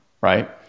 right